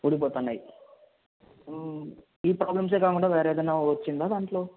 ఊడిపోతున్నాయి ఈ ప్రాబ్లమ్సే కాకుండా వేరేదైనా వచ్చిందా దాంట్లో